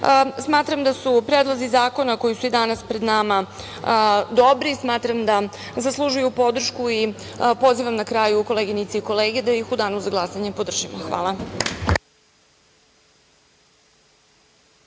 smatram da su predlozi zakona koji su danas pred nama dobri, smatram da zaslužuju podršku i pozivam na kraju koleginice i kolege da ih u danu za glasanje podržimo. Hvala.